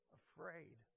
afraid